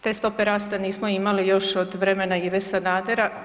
Te stope rasta nismo imali još od vremena Ive Sanadera.